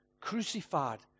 crucified